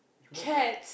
human arms